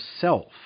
self